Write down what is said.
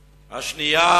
שבכך,